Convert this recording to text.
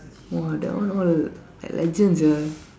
!wah! that one all like legend sia